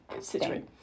situation